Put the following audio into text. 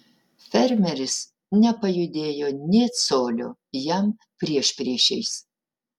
fermeris nepajudėjo nė colio jam priešpriešiais